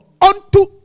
unto